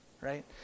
right